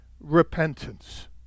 repentance